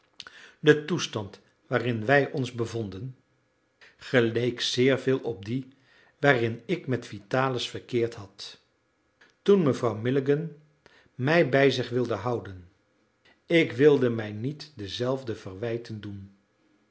de toestand waarin wij ons bevonden geleek zeer veel op dien waarin ik met vitalis verkeerd had toen mevrouw milligan mij bij zich wilde houden ik wilde mij niet dezelfde verwijten doen